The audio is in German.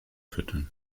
füttern